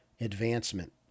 advancement